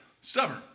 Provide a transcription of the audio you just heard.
Stubborn